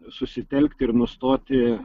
susitelkti ir nustoti